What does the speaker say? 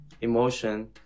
emotion